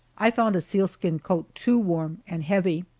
i found a sealskin coat too warm and heavy.